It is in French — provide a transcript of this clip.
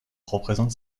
représente